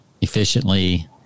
efficiently